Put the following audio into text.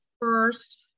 first